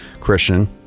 christian